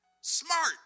Smart